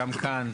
גם כאן,